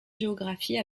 géographie